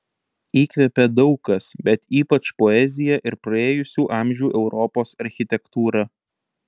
įkvepia daug kas bet ypač poezija ir praėjusių amžių europos architektūra